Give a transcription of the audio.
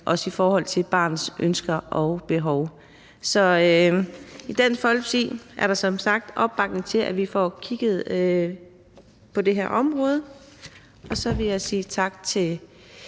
også i forhold til barnets ønsker og behov. Så i Dansk Folkeparti er der som sagt opbakning til, at vi får kigget på det her område, og så vil jeg sige tak til